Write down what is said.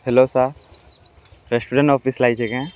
hello sir restaurant office ଲାଗିଛେ କେଁ